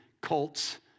cults